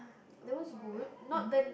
that was good not then